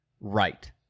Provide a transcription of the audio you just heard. right